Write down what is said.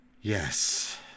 Yes